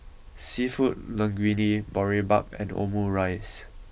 Seafood Linguine Boribap and Omurice